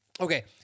Okay